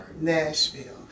Nashville